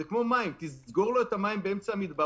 זה כמו מים תסגור לו את המים באמצע המדבר,